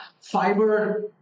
fiber